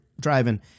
driving